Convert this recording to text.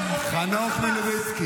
טיבי, יש לך הרי קרובים בחמאס.